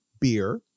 beer